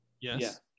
Yes